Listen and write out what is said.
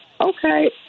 okay